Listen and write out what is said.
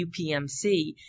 UPMC